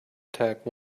attack